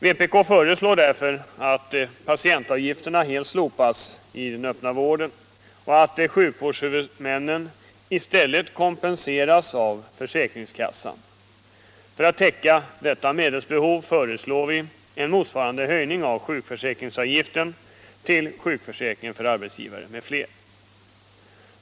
Vpk föreslår därför att patientavgifterna helt slopas i den öppna vården och att sjukvårdshuvudmännen i stället kompenseras av försäkringskassan. För att täcka detta medelsbehov föreslår vi en motsvarande höjning av avgiften till sjukförsäkringen för arbetsgivare m.fl.